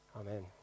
Amen